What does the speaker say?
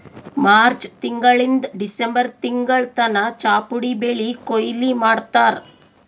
March ತಿಂಗಳಿಂದ್ December ತಿಂಗಳ್ ತನ ಚಾಪುಡಿ ಬೆಳಿ ಕೊಯ್ಲಿ ಮಾಡ್ತಾರ್